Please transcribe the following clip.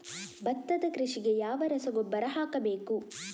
ಭತ್ತದ ಕೃಷಿಗೆ ಯಾವ ರಸಗೊಬ್ಬರ ಹಾಕಬೇಕು?